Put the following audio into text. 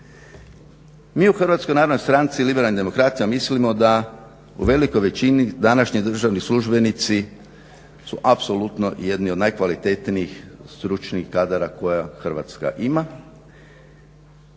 mislimo da u velikoj većini današnji državni službenici su apsolutno jedni od najkvalitetnijih stručnih kadara koje Hrvatska ima.